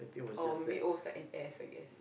oh maybe Os like an S I guess